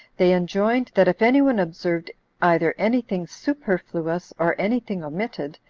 they enjoined, that if any one observed either any thing superfluous, or any thing omitted,